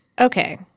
Okay